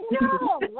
no